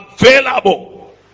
available